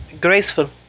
graceful